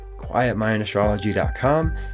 quietmindastrology.com